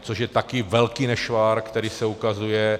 Což je také velký nešvar, který se ukazuje.